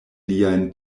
liajn